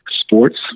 sports